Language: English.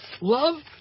Love